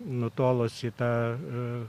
nutolus į tą